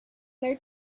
their